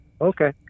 Okay